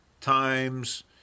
times